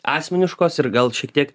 asmeniškos ir gal šiek tiek